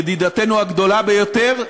ידידתנו הגדולה ביותר,